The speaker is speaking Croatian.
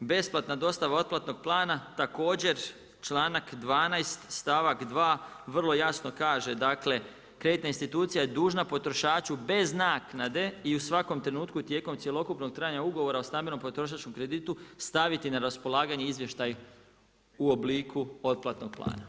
besplatna dostava otplatnog plana također članak 12. stavak 2. vrlo jasno kaže, dakle kreditna institucija je dužna potrošaču bez naknade i u svakom trenutku tijekom cjelokupnog trajanja ugovora o stambenom potrošačkom kreditu staviti na raspolaganje izvještaj u obliku otplatnog plana.